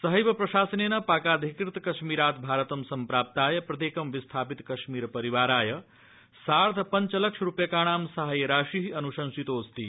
सहैव प्रशासनेन पाकाधिकृत कश्मीराद् भारत सम्प्राप्ताय प्रत्येक विस्थापित कश्मीर परिवाराय सार्ध पञ्च लक्ष रूप्यकाणां साहाय्य राशि अन्शंसितोऽस्ति